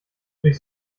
durch